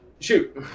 shoot